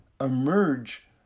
emerge